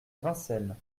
vincennes